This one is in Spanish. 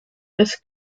los